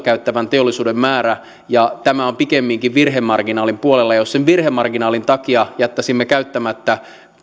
käyttävän teollisuuden määrä ja tämä on pikemminkin virhemarginaalin puolella jos sen virhemarginaalin takia jättäisimme käyttämättä